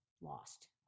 lost